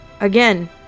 Again